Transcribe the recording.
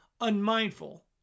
unmindful